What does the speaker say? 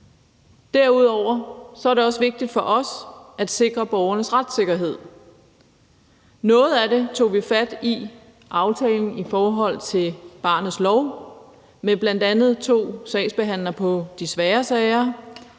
Derudover er det også vigtigt for os at sikre borgernes retssikkerhed. Noget af det tog vi fat i i aftalen om barnets lov med bl.a. to sagsbehandlere på de svære sager